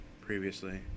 previously